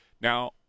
Now